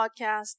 Podcast